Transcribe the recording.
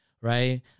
right